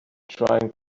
trying